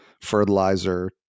fertilizer